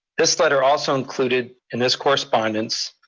this letter also included, in this correspondence,